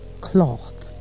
cloth